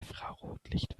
infrarotlicht